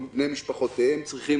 ובני משפחותיהם צריכים,